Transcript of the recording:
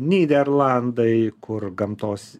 nyderlandai kur gamtos